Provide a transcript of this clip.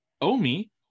Omi